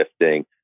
lifting